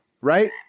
right